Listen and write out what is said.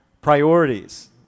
priorities